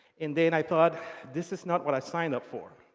and then i thought this is not what i signed up for.